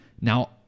now